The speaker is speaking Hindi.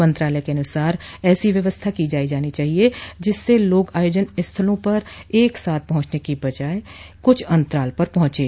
मंत्रालय के अनुसार ऐसी व्यवस्था की जानी चाहिए जिससे लोग आयोजन स्थलों पर एक साथ पहुंचने की बजाय कुछ अंतराल पर पहुंचें